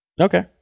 Okay